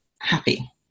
happy